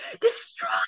destroy